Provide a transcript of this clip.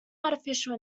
artificial